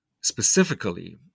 specifically